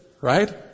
right